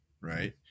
right